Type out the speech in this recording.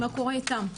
מה קורה איתם.